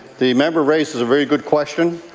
the member raises a very good question.